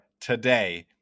today